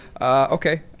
okay